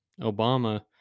obama